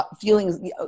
feelings